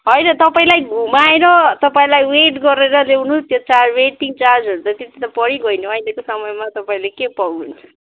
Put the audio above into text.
होइन तपाईँलाई घुमाएर तपाईँलाई वेट गरेर ल्याउनु त्यो चार वेटिङ चार्जहरू त त्यति त परिगयो नि अहिलेको समयमा तपाईँले के पाउनुहुन्छ